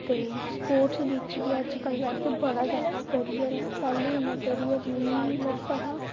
ते स्पोटर्स बिच बी अजकल्ल बड़ा जैदा करियर ऐ पैह्लें इन्ना करियर नेईं लभदा हा